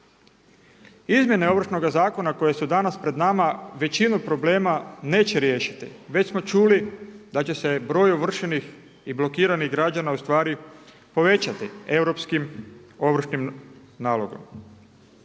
Izmjene Ovršnoga zakona koje su danas pred nama većinu problema neće riješiti već smo čuli da će se broj ovršenih i blokiranih građana ustvari povećati europskim ovršnim nalogom.